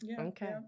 okay